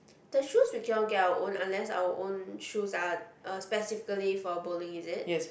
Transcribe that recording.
the shoes we cannot get our own unless our own shoes are uh specifically for bowling is it